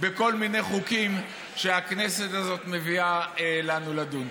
בכל מיני חוקים שהכנסת הזאת מביאה לנו לדון.